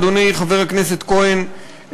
אדוני חבר הכנסת כהן,